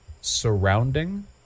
surrounding